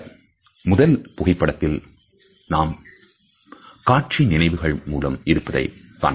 இந்த முதல்புகைப்படத்தில் நாம் காட்சிநினைவுகள் மேலும் இருப்பதை காண்கிறோம்